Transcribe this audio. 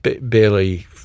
barely